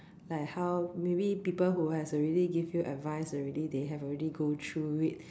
like how maybe people who has already give you advice already they have already go through it